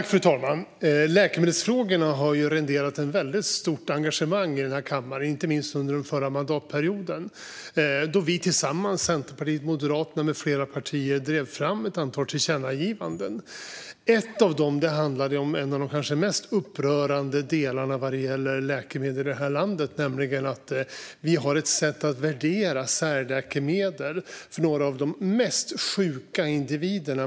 Fru talman! Läkemedelsfrågorna har renderat ett väldigt stort engagemang i kammaren, inte minst under den förra mandatperioden då Centerpartiet och Moderaterna med flera drev fram ett antal tillkännagivanden. Ett av dem handlade om en av de kanske mest upprörande delarna vad gäller läkemedel här i landet, nämligen att vi har ett sätt att värdera särläkemedel för några av de mest sjuka individerna.